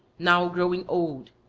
now growing old,